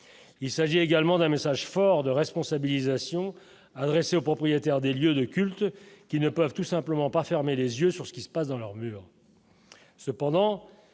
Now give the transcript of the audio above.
il s'agit également d'un message fort de responsabilisation adressée au propriétaire des lieux de culte qui ne peuvent tout simplement pas fermer les yeux sur ce qui se passe dans leurs murs,